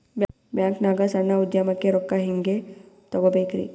ಬ್ಯಾಂಕ್ನಾಗ ಸಣ್ಣ ಉದ್ಯಮಕ್ಕೆ ರೊಕ್ಕ ಹೆಂಗೆ ತಗೋಬೇಕ್ರಿ?